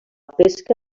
pesca